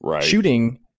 Shooting